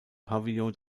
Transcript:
pavillon